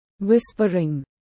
whispering